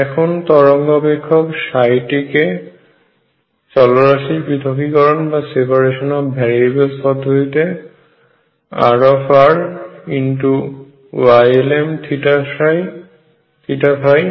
এখন তরঙ্গ অপেক্ষক টিকে চলরাশির পৃথকীকরণ পদ্ধতিতে RrYlmθϕ ভাবে লেখা যায়